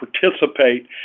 participate